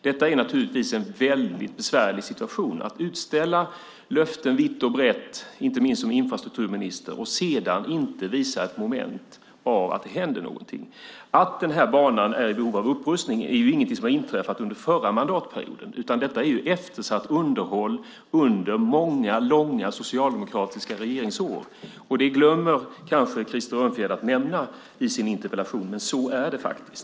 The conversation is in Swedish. Detta är naturligtvis en väldigt besvärlig situation: att utställa löften vitt och brett, inte minst som infrastrukturminister, och sedan inte visa att det händer någonting. Att den här banan är i behov av upprustning är ingenting som har inträffat under förra mandatperioden, utan det handlar om eftersatt underhåll under många, långa, socialdemokratiska regeringsår. Det glömmer kanske Krister Örnfjäder att nämna i sin interpellation, men så är det faktiskt.